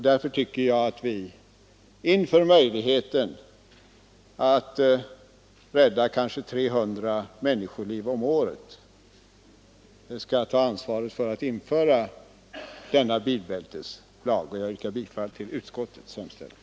Därför tycker jag att vi inför möjligheten att rädda kanske 300 människoliv om året skall ta ansvaret för att införa denna bilbälteslag, och jag yrkar bifall till utskottets hemställan.